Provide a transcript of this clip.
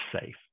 safe